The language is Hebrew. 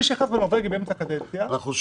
מי שנכנס בנורבגי באמצע קדנציה לא יכול